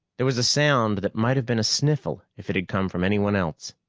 there was a sound that might have been a sniffle if it had come from anyone else.